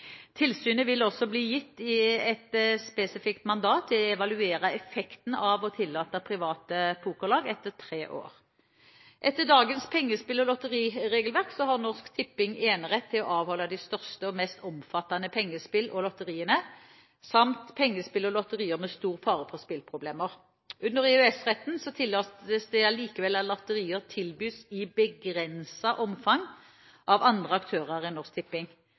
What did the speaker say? Tilsynet vil også bli gitt et spesifikt mandat til å evaluere effekten av å tillate private pokerlag etter tre år. Etter dagens pengespill- og lotteriregelverk har Norsk Tipping enerett til å avholde de største og mest omfattende pengespillene og lotteriene samt pengespill og lotterier med stor fare for spilleproblemer. Under EØS-retten tillates det likevel at lotterier tilbys i begrenset omfang av andre aktører enn Norsk Tipping.